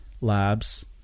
labs